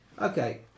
Okay